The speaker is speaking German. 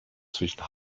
zwischen